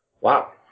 Wow